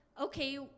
okay